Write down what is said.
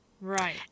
right